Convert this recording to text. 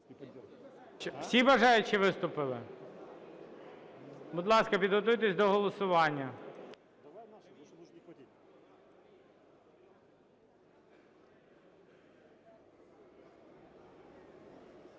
Всі бажаючі виступили? Будь ласка, підготуйтеся до голосування.